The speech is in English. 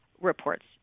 reports